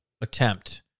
attempt